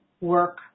work